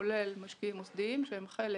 כולל משקיעים מוסדיים שהם חלק